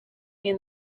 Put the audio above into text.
mean